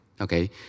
okay